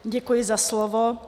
Děkuji za slovo.